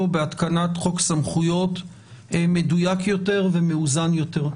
בהתקנת חוק סמכויות מדויק יותר ומאוזן יותר.